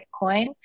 Bitcoin